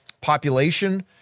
population